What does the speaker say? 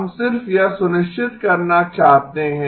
हम सिर्फ यह सुनिश्चित करना चाहते हैं